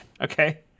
Okay